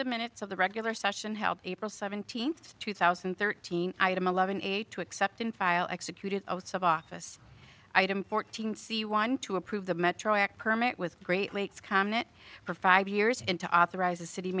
the minutes of the regular session held april seventeenth two thousand and thirteen item eleven eight to accept and file executed of office item fourteen c one to approve the metro act permit with great lakes comment for five years into authorize a city